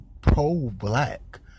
pro-black